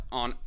on